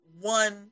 one